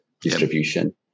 distribution